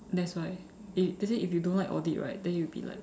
that's why eh they say if you don't like audit right then you will be like